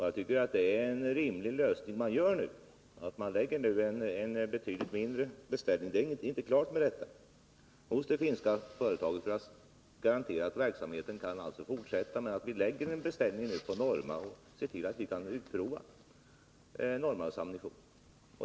Jag tycker att det är en rimlig lösning att vi nu lägger en betydligt mindre beställning — det är inte klart med detta — hos det finska företaget för att garantera att verksamheten kan fortsätta men också lägger en beställning hos Norma och ser till, att vi kan utprova dess ammunition.